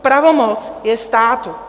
Pravomoc je státu.